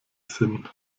sinn